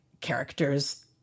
characters